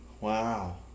Wow